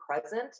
present